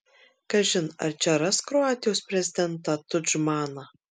kažin ar čia ras kroatijos prezidentą tudžmaną